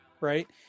right